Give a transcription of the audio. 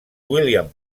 william